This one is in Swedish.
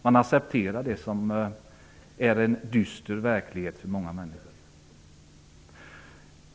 Man accepterar det som är en dyster verklighet för många människor.